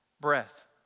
breath